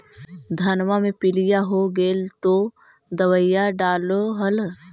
धनमा मे पीलिया हो गेल तो दबैया डालो हल?